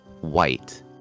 white